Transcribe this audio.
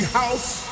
house